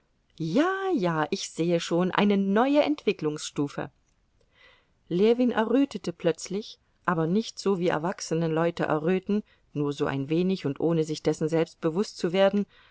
ja ja ich sehe schon eine neue entwicklungsstufe ljewin errötete plötzlich aber nicht so wie erwachsene leute erröten nur so ein wenig und ohne sich dessen selbst bewußt zu werden